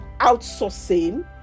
outsourcing